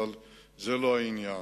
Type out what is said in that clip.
אבל זה לא העניין.